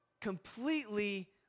completely